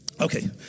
Okay